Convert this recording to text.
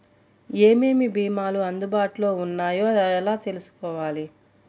ఏమేమి భీమాలు అందుబాటులో వున్నాయో ఎలా తెలుసుకోవాలి?